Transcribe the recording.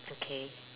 okay